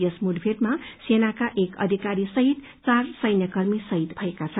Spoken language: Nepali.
यस मुठभेड़मा सेनाक्व एक अधिकारी सहित चार सैन्यकर्मी शहीद भएका छन्